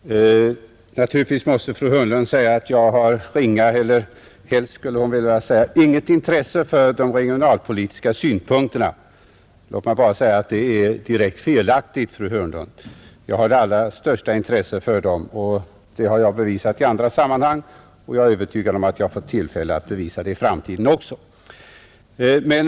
Fru talman! Naturligtvis måste fru Hörnlund säga att jag har ringa — helst skulle hon kanske vilja säga inget — intresse för de regionalpolitiska synpunkterna. Låt mig bara konstatera att detta påstående är direkt felaktigt. Jag hyser det allra största intresse för dem. Det har jag bevisat i andra sammanhang. Jag är övertygad om att jag också i framtiden får tillfälle att bevisa det.